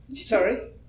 Sorry